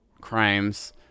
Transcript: crimes